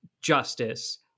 justice